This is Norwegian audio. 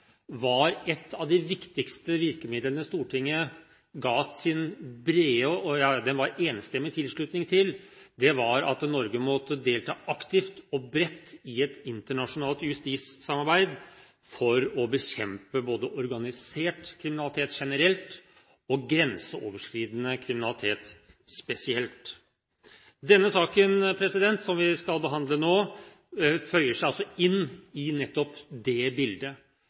var et av de viktigste virkemidlene Stortinget ga sin brede og enstemmige tilslutning til, at Norge måtte delta aktivt og bredt i et internasjonalt justissamarbeid for å bekjempe både organisert kriminalitet generelt og grenseoverskridende kriminalitet spesielt. Denne saken som vi skal behandle nå, føyer seg altså inn i nettopp det bildet